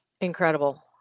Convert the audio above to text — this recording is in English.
Incredible